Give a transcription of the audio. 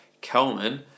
Kelman